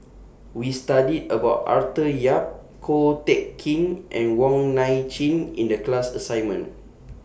We studied about Arthur Yap Ko Teck Kin and Wong Nai Chin in The class assignment